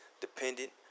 dependent